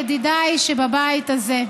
ידידיי שבבית הזה.